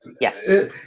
Yes